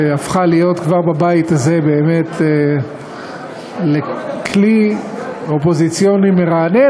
שכבר הפכה בבית הזה באמת לכלי אופוזיציוני מרענן,